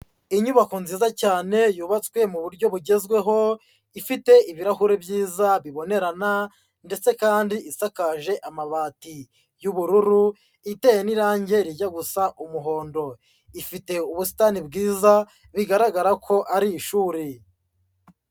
Inyubako nziza cyane yubatswe mu buryo bugezweho, ifite ibirahuri byiza bibonerana ndetse kandi isakaje amabati y'ubururu, iteye n'irangi rijya gusa umuhondo, ifite ubusitani bwiza bigaragara ko ari ishuri.